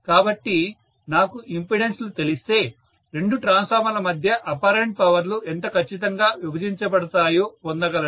కాబట్టి నాకు ఇండిపెండెన్స్ లు తెలిస్తే రెండు ట్రాన్స్ఫార్మర్ల మధ్య అపారెంట్ పవర్ లు ఎంత ఖచ్చితంగా విభజించబడతాయో పొందగలను